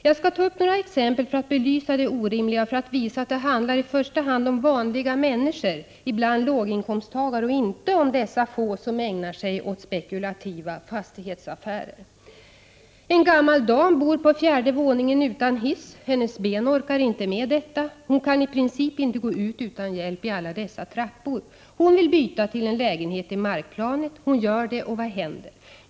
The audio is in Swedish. Jag skall ta några exempel för att belysa det orimliga och för att visa att det i första hand handlar om vanliga människor, ibland låginkomsttagare, och inte om dessa få som ägnar sig åt spekulativa fastighetsaffärer. En gammal dam bor på fjärde våningen utan hiss. Hennes ben orkar inte med detta. Hon kan i princip inte gå ut utan hjälp i alla dessa trappor. Hon vill byta till en lägenhet i markplanet. Hon gör det, och vad händer?